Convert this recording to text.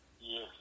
Yes